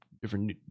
different